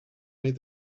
made